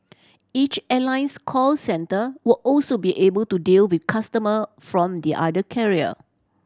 each airline's call centre will also be able to deal with customer from the other carrier